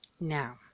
Now